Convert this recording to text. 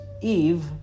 Eve